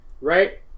Right